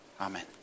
Amen